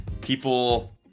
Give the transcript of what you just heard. people